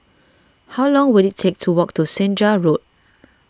how long will it take to walk to Senja Road